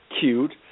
cute